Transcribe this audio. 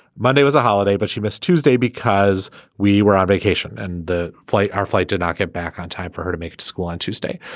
monday was a holiday but she missed tuesday because we were on vacation and the flight our flight did not get back on time for her to make it to school on tuesday.